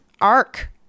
arc